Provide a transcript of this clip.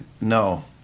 no